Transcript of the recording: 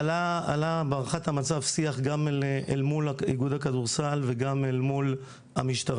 עלה בהערכת המצב שיח גם אל מול איגוד הכדורסל וגם אל מול המשטרה.